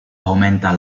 aumenta